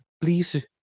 please